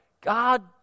God